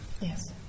Yes